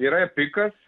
yra ir pikas